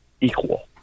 equal